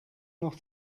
noch